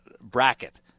bracket